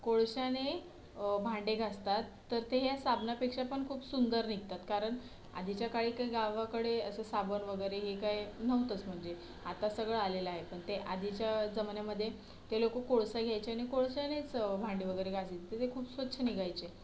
कोळश्याने भांडे घासतात तर ते ह्या साबणापेक्षा पण खूप सुंदर निघतात कारण आधीच्या काळी काही गावाकडे असे साबण वगैरे हे काय नव्हतंच म्हणजे आता सगळं आलेलं आहे पण ते आधीच्या जमान्यामध्ये ते लोकं कोळसा घ्यायचे आणि कोळश्यानेच भांडे वगैरे घाशीत तर ते खूप स्वच्छ निघायचे